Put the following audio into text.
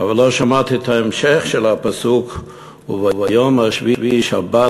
אבל לא שמעתי את ההמשך של הפסוק: "ויום השביעי שבת